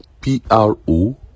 p-r-o